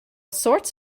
sorts